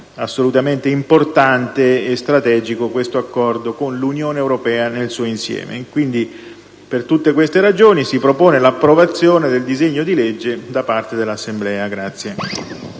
assolutamente importante e strategico questo Accordo con l'Unione europea nel suo insieme. Per tutte queste ragioni, la Commissione propone l'approvazione del disegno di legge da parte dell'Assemblea.